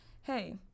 hey